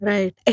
Right